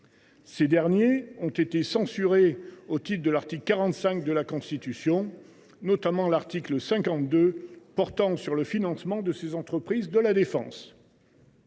Ces derniers ont été censurés au titre de l’article 45 de la Constitution. Ce fut notamment le cas de l’article 52 portant sur le financement de ces entreprises de la défense.